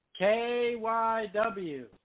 KYW